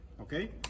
okay